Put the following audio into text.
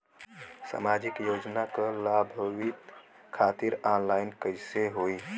सामाजिक योजना क लाभान्वित खातिर ऑनलाइन कईसे होई?